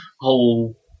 whole